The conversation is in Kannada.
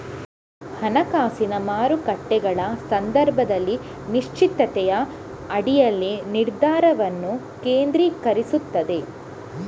ಹಣಕಾಸಿನ ಮಾರುಕಟ್ಟೆಗಳ ಸಂದರ್ಭದಲ್ಲಿ ಅನಿಶ್ಚಿತತೆಯ ಅಡಿಯಲ್ಲಿ ನಿರ್ಧಾರವನ್ನು ಕೇಂದ್ರೀಕರಿಸುತ್ತದೆ